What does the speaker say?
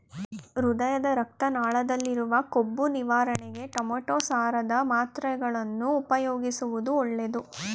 ಹೃದಯದ ರಕ್ತ ನಾಳದಲ್ಲಿರುವ ಕೊಬ್ಬು ನಿವಾರಣೆಗೆ ಟೊಮೆಟೋ ಸಾರದ ಮಾತ್ರೆಗಳನ್ನು ಉಪಯೋಗಿಸುವುದು ಒಳ್ಳೆದು